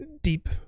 deep